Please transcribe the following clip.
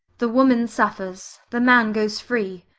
the woman suffers. the man goes free.